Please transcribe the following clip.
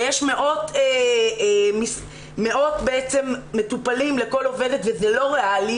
שיש מאות מטופלים לכל עובדת וזה לא ריאלי,